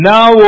Now